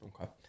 Okay